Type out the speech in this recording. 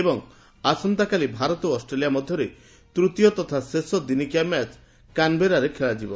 ଏବଂ ଆସନ୍ତାକାଲି ଭାରତ ଓ ଅଷ୍ଟ୍ରେଲିଆ ମଧ୍ୟରେ ତୃତୀୟ ତଥା ଶେଷ ଦିନିକିଆ ମ୍ୟାଚ୍ କାନ୍ବେରାରେ ଖେଳାଯିବ